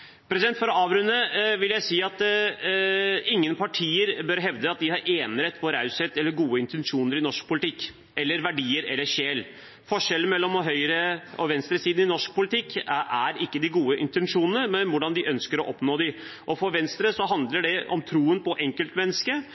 For å avrunde: Jeg vil si at ingen partier bør hevde at de har enerett på raushet eller gode intensjoner i norsk politikk, eller verdier eller sjel. Forskjellen mellom høyresiden og venstresiden i norsk politikk er ikke de gode intensjonene, men hvordan vi ønsker å oppnå dem. For Venstre handler det om troen på enkeltmennesket,